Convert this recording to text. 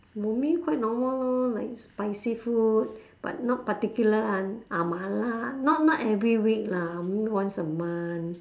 for me quite normal lor like spicy food but not particular lah ah mala not not every week lah once a month